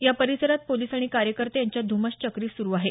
या परिसरात पोलिस आणि कार्यकर्ते यांच्यात ध्मश्चक्री स्रु आहे